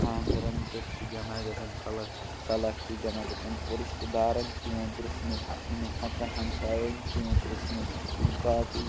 خانٛدرن پٮ۪ٹھ چھِ جمع گژھان خلق خلق چھِ جمع گژھان رِشتہٕ دارن چھُ یِوان پرٛژَھنہٕ یِمن حقن ہمساین چھُ یِوان پرژَنہٕ یِم باقٕے